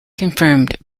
confirmed